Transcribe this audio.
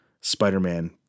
Spider-Man